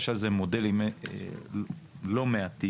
יש על זה מודלים לא מעטים,